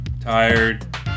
Tired